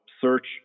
search